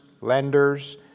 lenders